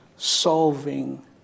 solving